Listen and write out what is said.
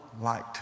light